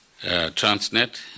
Transnet